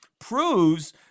proves